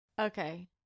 Okay